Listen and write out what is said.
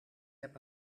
heb